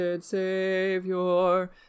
Savior